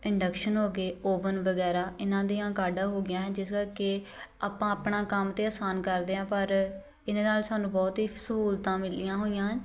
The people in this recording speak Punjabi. ਇੰਡਕਸ਼ਨ ਹੋ ਗਏ ਓਵਨ ਵਗੈਰਾ ਇਹਨਾਂ ਦੀਆਂ ਕਾਢਾਂ ਹੋਗੀਆਂ ਹਨ ਜਿਸ ਕਰਕੇ ਆਪਾਂ ਆਪਣਾ ਕੰਮ ਤਾਂ ਆਸਾਨ ਕਰਦੇ ਹਾਂ ਪਰ ਇਹਦੇ ਨਾਲ਼ ਸਾਨੂੰ ਬਹੁਤ ਹੀ ਸਹੂਲਤਾਂ ਮਿਲੀਆਂ ਹੋਈਆਂ ਹਨ